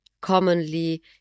commonly